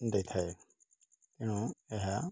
ଦେଇଥାଏ ଏଣୁ ଏହା